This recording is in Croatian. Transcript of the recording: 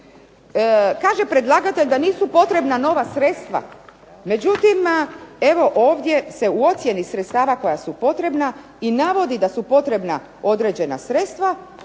Kaže predlagatelj da nisu potrebna nova sredstva. Međutim, evo ovdje se u ocjeni sredstava koja su potrebna i navodi da su potrebna određena sredstva.